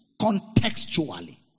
contextually